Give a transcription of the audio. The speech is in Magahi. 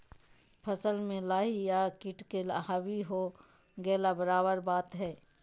फसल में लाही या किट के हावी हो गेला बराबर बात हइ